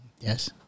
Yes